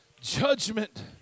Judgment